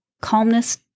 calmness